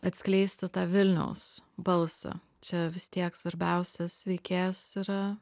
atskleisti tą vilniaus balsą čia vis tiek svarbiausias veikėjas yra